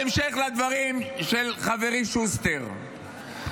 בהמשך לדברים של חברי שוסטר,